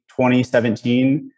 2017